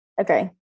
Okay